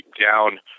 down